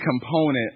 component